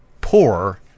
poor